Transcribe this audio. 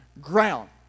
ground